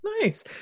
nice